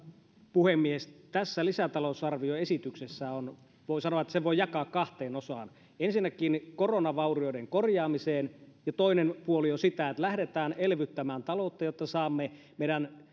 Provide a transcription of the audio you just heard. puhemies tästä lisätalousarvioesityksestä voi sanoa että sen voi jakaa kahteen osaan ensinnäkin koronavaurioiden korjaamiseen ja toinen puoli on sitä että lähdetään elvyttämään taloutta jotta saamme meidän